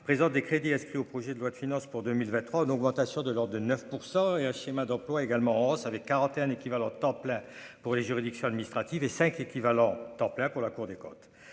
présentent des crédits inscrits au projet de loi de finances pour 2023 d'augmentation de leurs de 9 % et un schéma d'emplois également en hausse avec 41 équivalents temps plein pour les juridictions administratives et 5 équivalents temps plein pour la Cour des comptes,